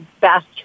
best